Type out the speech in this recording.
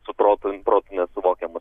su protu protu nesuvokiamus